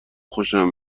خوشم